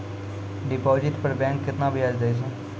Deposit पर bank केतना ब्याज दै छै?